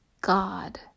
God